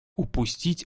упустить